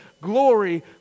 Glory